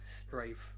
strafe